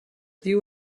diu